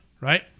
Right